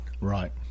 right